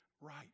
right